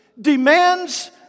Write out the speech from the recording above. Demands